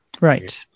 Right